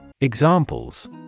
Examples